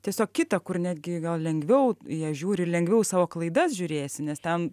tiesiog kitą kur netgi gal lengviau į ją žiūri lengviau savo klaidas žiūrėsi nes ten